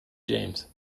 james